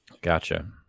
Gotcha